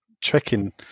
checking